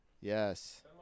Yes